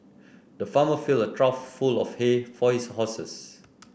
the farmer filled a trough full of hay for his horses